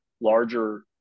larger